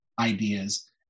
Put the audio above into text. ideas